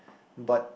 but